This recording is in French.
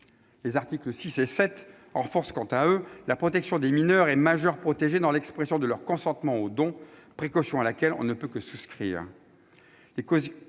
Les articles 6 et 7 renforcent quant à eux la protection des mineurs et majeurs protégés dans l'expression de leur consentement aux dons, précaution à laquelle on ne peut que souscrire.